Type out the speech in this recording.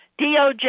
DOJ